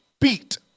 beat